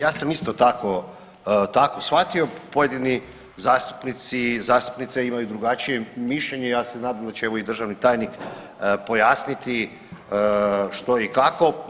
Ja sam isto tako, tako shvatio, pojedini zastupnici i zastupnice imaju drugačije mišljenje, ja se nadam da će evo i državni tajnik pojasniti što i kako.